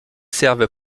servent